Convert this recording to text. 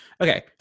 Okay